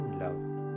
love